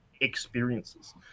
experiences